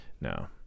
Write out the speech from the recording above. no